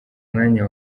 mwanya